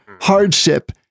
hardship